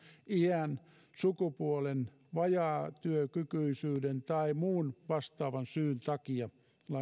iän sukupuolen vajaatyökykyisyyden tai muun vastaavan syyn takia